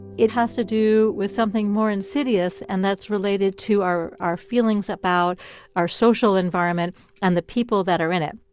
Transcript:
it has to do with something more insidious, and that's related to our our feelings about our social environment and the people that are in it.